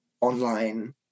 online